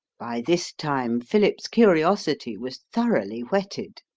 by this time philip's curiosity was thoroughly whetted.